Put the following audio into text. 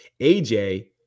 AJ